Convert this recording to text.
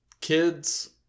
Kids